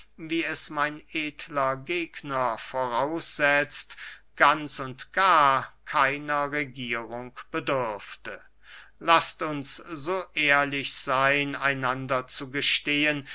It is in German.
wie es mein edler gegner voraussetzt ganz und gar keiner regierung bedürfte laßt uns so ehrlich seyn einander